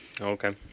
Okay